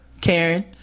karen